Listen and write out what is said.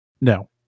No